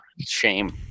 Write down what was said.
shame